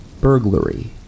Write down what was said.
burglary